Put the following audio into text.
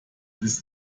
ist